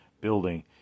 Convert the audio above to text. building